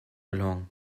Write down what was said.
along